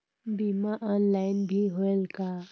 बीमा ऑनलाइन भी होयल का?